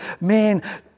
man